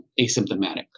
asymptomatic